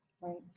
right